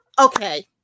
Okay